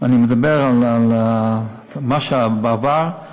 ואני מדבר על מה שהיה בעבר,